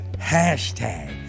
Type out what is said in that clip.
Hashtag